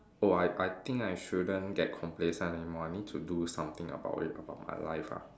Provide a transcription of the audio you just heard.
oh I I think I shouldn't get complacent any more I need to do something about it about my life ah